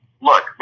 look